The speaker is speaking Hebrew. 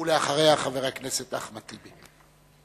ואחריה, חבר הכנסת אחמד טיבי.